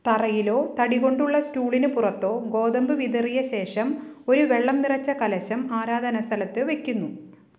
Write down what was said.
തറയിലോ തടികൊണ്ടുള്ള സ്റ്റൂളിന് പുറത്തൊ ഗോതമ്പ് വിതറിയ ശേഷം ഒരു വെള്ളം നിറച്ച കലശം ആരാധനാസ്ഥലത്ത് വെക്കുന്നു